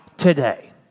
Today